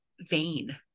vain